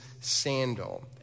sandal